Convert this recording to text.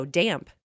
damp